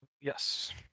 Yes